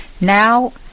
now